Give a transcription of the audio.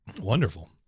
Wonderful